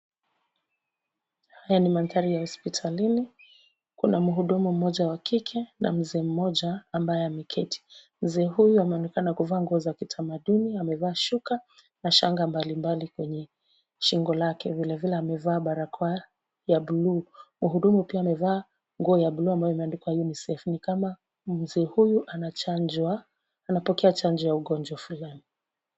Haya ni mandhari ya hospitalini, kuna mhudumu mmoja wa kike na mzee mmoja ambaye ameketi. Mzee huyu anaonekana kuvaa nguo za kitamaduni, amevaa shuka na shanga mbalimbali kwenye shingo lake. Vilevile amevaa barakoa ya bluu. Mhudumu pia amevaa nguo ya bluu ambayo imeandikwa UNICEF. Ni kama mzee huyu anachanjwa, anapokea chanjo ya ugonjwa fulani.